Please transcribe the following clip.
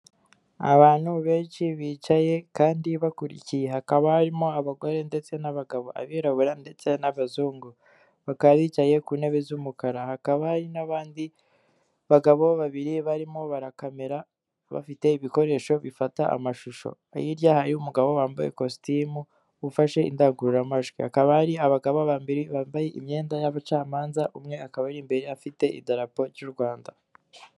Abantu benshi bicaye kandi bakurikiye, hakaba harimo abagore ndetse n'abagabo, abirabura ndetse n'abazungu bakaba bicaye ku ntebe z'umukara, hakaba hari n'abandi bagabo babiri barimo barakamera bafite ibikoresho bifata amashusho, hirya hariumugabo wambaye ikositimu ufashe indangururamajwi, hakaba hari abagabo babiri bambaye imyenda y'abacamanza, umwe akaba ari imbere afite idarapo ry'u Rwanda.